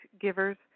givers